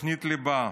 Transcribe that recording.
תוכנית ליבה,